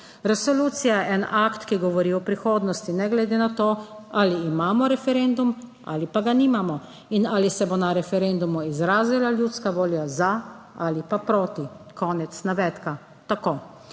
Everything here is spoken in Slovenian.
"Resolucija je en akt, ki govori o prihodnosti ne glede na to ali imamo referendum ali pa ga nimamo in ali se bo na referendumu izrazila ljudska volja za ali pa proti". Tako.